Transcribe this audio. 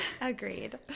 Agreed